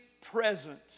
present